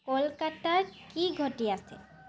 কলকাতাত কি ঘটি আছে